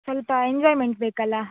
ಸ್ವಲ್ಪ ಎಂಜಾಯ್ಮೆಂಟ್ ಬೇಕಲ್ಲ